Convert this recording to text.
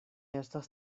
estas